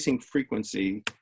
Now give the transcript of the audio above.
frequency